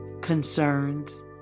concerns